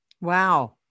Wow